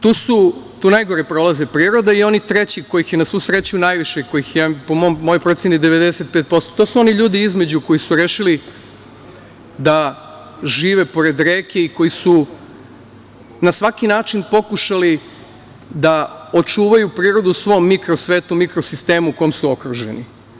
Tu najgore prolaze priroda i oni treći kojih je na svu sreću najviše, kojih ima po mojoj proceni 95%, to su oni ljudi između koji su rešili da žive pored reke i koji su na svaki način pokušali da očuvaju prirodu u svom mikro svetu, mikro sistemu u kom su okruženi.